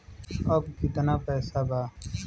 अब कितना पैसा बा?